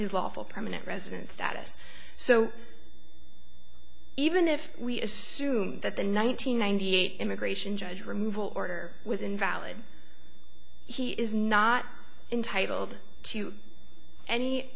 his lawful permanent resident status so even if we assume that the nine hundred ninety eight immigration judge removal order was invalid he is not entitled to any